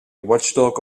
watchdog